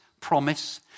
promise